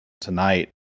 tonight